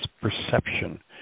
perception